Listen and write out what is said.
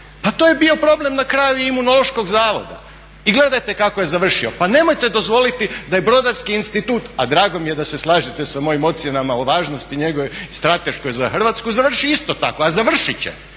pa to je bio problem na kraju i Imunološkog zavoda i gledajte kako je završio. Pa nemojte dozvoliti da i Brodarski institut, a dragom mi je da se slažete sa mojim ocjenama o važnosti njegovoj strateškoj za Hrvatskoj, završi isto tako, a završit će,